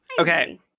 okay